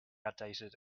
outdated